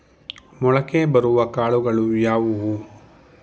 ಮೊಳಕೆ ಬರುವ ಕಾಳುಗಳು ಯಾವುವು?